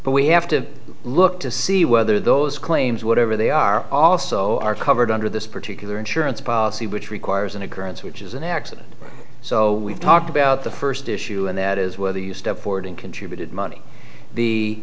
but we have to look to see whether those claims whatever they are also are covered under this particular insurance policy which requires an occurrence which is an accident so we've talked about the first issue and that is whether you step forward and contributed money the